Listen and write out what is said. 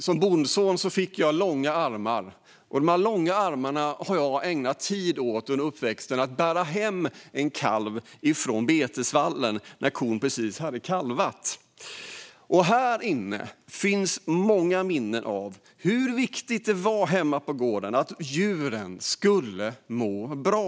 Som bondson fick jag långa armar, och dessa långa armar har jag en gång använt för att bära hem en kalv från betesvallen när kon precis hade kalvat. Här inne i mitt hjärta finns många minnen av hur viktigt det var hemma på gården att djuren skulle må bra.